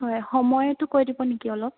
হয় সময়টো কৈ দিব নেকি অলপ